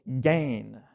gain